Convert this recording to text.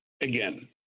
again